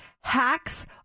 Hacks